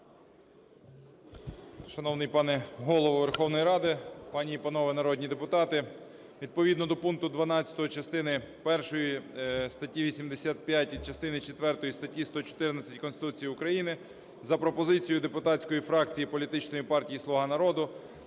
Шановний пане Голово Верховної Ради, пані і панове народні депутати! Відповідно до пункту 12 частини першої статті 85 і частини четвертої статті 114 Конституції України за пропозицією депутатської фракції політичної партії "Слуга народу",